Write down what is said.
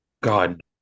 God